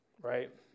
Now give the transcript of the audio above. right